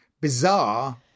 bizarre